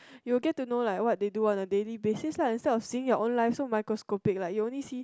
you will get to know like what they do on a daily basis lah instead of seeing your own life so microscopic like you only see